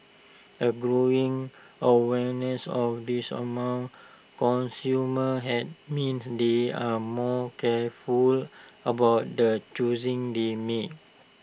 A growing awareness of this among consumers had means they are more careful about the choosing they make